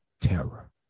Terror